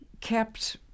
kept